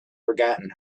forgotten